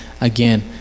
again